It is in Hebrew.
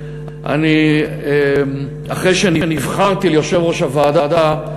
אחרי שנבחרתי ליושב-ראש הוועדה,